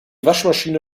waschmaschine